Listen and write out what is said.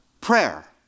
Prayer